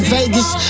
Vegas